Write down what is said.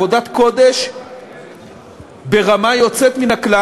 עבודת קודש ברמה יוצאת מן הכלל.